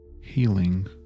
healing